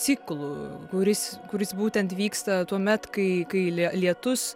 ciklu kuris kuris būtent vyksta tuomet kai kai lie lietus